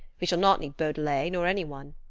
we shall not need beaudelet nor any one.